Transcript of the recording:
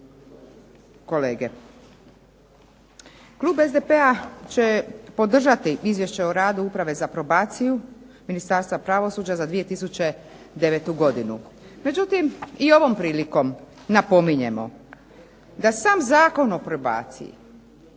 kolege. Klub SDP-a će podržati Izvješće o radu Uprave za probaciju Ministarstva pravosuđa za 2009. godinu, međutim i ovom prilikom napominjemo da sam Zakon o probaciji